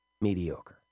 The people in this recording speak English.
mediocre